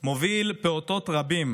מוביל פעוטות רבים